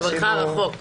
בעברי הרחוק.